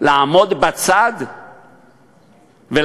לעמוד בצד ולהגיד: